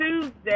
Tuesday